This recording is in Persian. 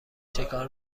چکار